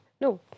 No